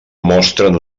mostren